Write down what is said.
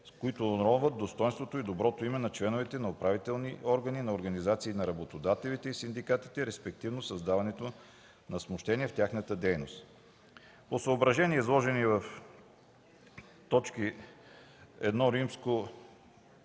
които уронват достойнството и доброто име на членовете на управителни органи на организации на работодателите и синдикатите, респективно създаването на смущения в тяхната дейност. 2. По съображения, изложени в точки I. 1,